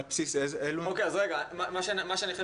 אני מציע